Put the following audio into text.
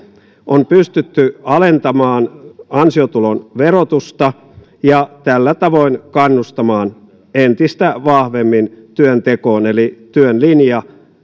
on pystytty alentamaan ansiotulon verotusta ja tällä tavoin kannustamaan entistä vahvemmin työntekoon eli työn linja